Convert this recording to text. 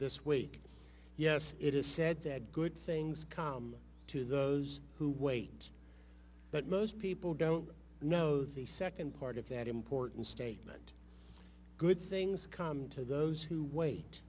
this week yes it is said that good things come to those who wait but most people don't know the second part of that important statement good things come to those who wa